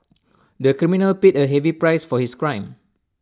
the criminal paid A heavy price for his crime